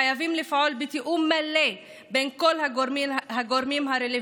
חייבים לפעול בתיאום מלא בין כל הגורמים הרלוונטיים,